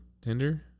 tinder